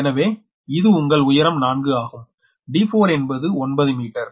எனவே இது உங்கள் உயரம் 4 ஆகும் d4 என்பது 9 மீட்டர்